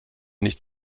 nicht